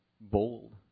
bold